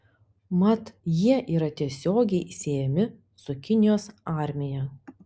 mat jie yra tiesiogiai siejami su kinijos armija